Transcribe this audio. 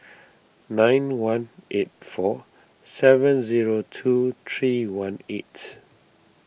nine one eight four seven zero two three one eight